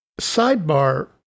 Sidebar